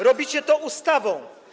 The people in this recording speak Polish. robicie to ustawą.